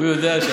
הוא יודע.